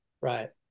Right